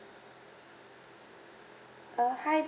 uh hi